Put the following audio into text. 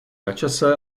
načase